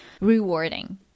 rewarding